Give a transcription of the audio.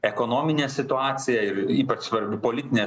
ekonominė situacija ir ypač svarbu politinė